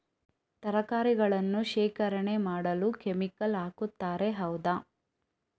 ತರಕಾರಿಗಳನ್ನು ಶೇಖರಣೆ ಮಾಡಲು ಕೆಮಿಕಲ್ ಹಾಕುತಾರೆ ಹೌದ?